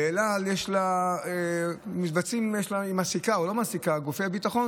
אל על מעסיקה או לא מעסיקה את גופי הביטחון